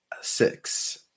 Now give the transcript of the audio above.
six